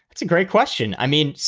that's a great question. i mean,